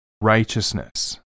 righteousness